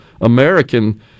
American